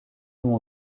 mon